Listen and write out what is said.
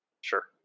Sure